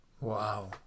Wow